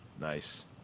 Nice